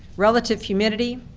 relative humidity,